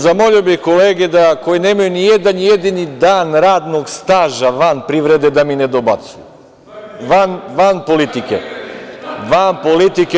Zamolio bih kolege, koji nemaju ni jedan jedini dan radnog staža van privrede, da mi ne dobacuju, van politike.